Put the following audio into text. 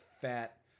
fat